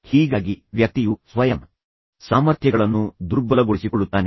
ಹೀಗಾಗಿ ವ್ಯಕ್ತಿಯು ಸ್ವಯಂ ಸಾಮರ್ಥ್ಯಗಳನ್ನು ದುರ್ಬಲಗೊಳಿಸಿಕೊಳ್ಳುತ್ತಾನೆ